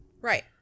Right